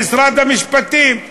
למשרד המשפטים.